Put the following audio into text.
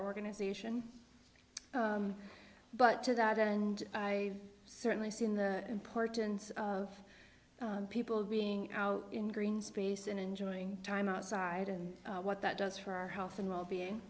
organization but to that and i certainly see in the importance of people being out in green space and enjoying time outside and what that does for our health and well